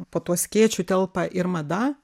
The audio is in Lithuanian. po tuo skėčiu telpa ir mada